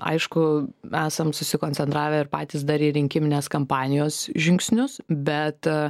aišku esam susikoncentravę ir patys dar į rinkiminės kampanijos žingsnius bet